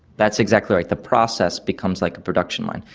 that's exactly right, the process becomes like a production line,